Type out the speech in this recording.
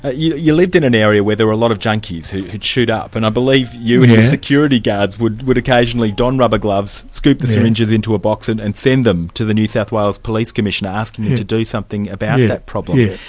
ah you you lived in an area where there were a lot of junkies who'd who'd shoot up, and i believe you and your security guards would would occasionally don rubber gloves, scoop the syringes into a box and and send them to the new south wales police commissioner asking him to do something about that problem.